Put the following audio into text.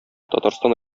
татарстан